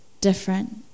different